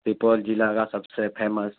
سپول ضلع کا سب سے فیمس